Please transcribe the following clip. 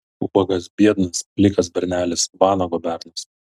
ubagas biednas plikas bernelis vanago bernas